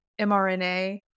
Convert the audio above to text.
mRNA